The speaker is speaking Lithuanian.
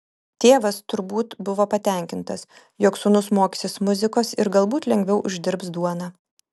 tėvas turbūt buvo patenkintas jog sūnus mokysis muzikos ir galbūt lengviau uždirbs duoną